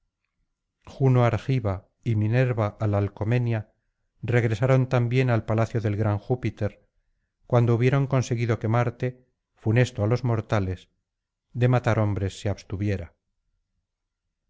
juno argiva y minerva alalcomenia regresaron también al palacio del gran júpiter cuando hubieron conseguido que marte funesto á los mortales de matar hombres se abstuviera